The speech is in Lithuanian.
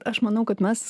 aš manau kad mes